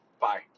Bye